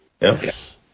Yes